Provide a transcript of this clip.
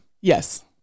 Yes